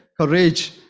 courage